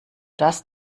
das